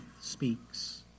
speaks